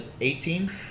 eighteen